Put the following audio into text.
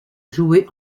joué